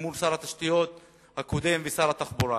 מול שר התשתיות הקודם ושר התחבורה.